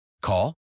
Call